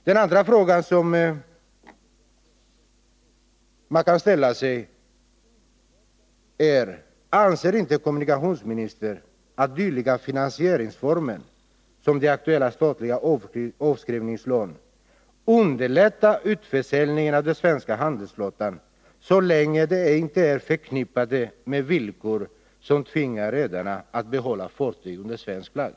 Den andra frågan som man kan ställa sig är: Anser inte kommunikationsministern att finansieringsformer som det aktuella statliga avskrivningslånet underlättar utförsäljningen av den svenska handelsflottan så länge de inte är förknippade med villkor som tvingar redarna att behålla fartygen under svensk flagg?